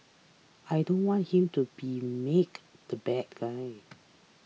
I don't want him to be made the bad guy